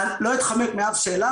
לא אתחמק מאף שאלה,